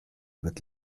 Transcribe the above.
wird